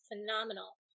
phenomenal